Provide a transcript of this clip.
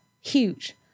huge